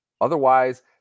Otherwise